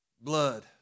Blood